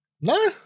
no